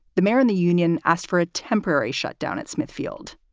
the mayor and the union asked for a temporary shut down at smithfield.